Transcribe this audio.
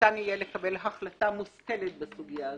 ניתן יהיה לקבל החלטה מושכלת בסוגיה הזו.